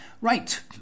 Right